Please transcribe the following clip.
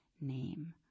name